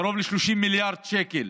קרוב ל-30 מיליארד שקל,